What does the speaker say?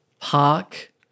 park